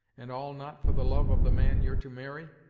and all not for the love of the man you're to marry,